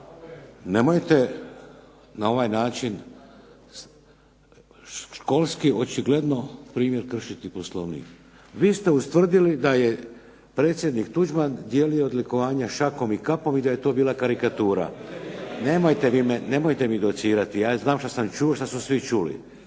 nemojte na ovaj način školski očigledno primjer kršiti Poslovnik. Vi ste ustvrdili da je predsjednik Tuđman odlikovanja dijelio šakom i kapom i da je to bila karikatura. Nemojte mi docirati, ja znam što sam čuo i što su svi čuli.